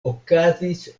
okazis